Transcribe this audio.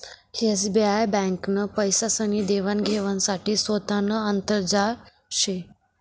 SBI ब्यांकनं पैसासनी देवान घेवाण साठे सोतानं आंतरजाल शे